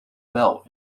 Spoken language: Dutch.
wel